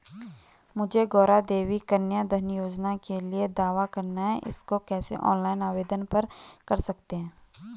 मुझे गौरा देवी कन्या धन योजना के लिए दावा करना है इसको कैसे ऑनलाइन आवेदन कर सकते हैं?